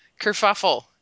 kerfuffle